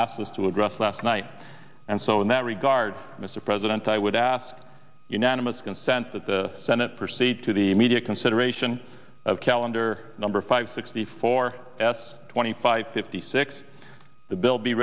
asked us to address last night and so in that regard mr president i would ask unanimous consent that the senate proceed to the media consideration of calendar number five sixty four s twenty five fifty six the bil